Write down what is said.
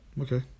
Okay